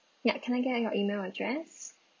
ya can I get your email address